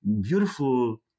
beautiful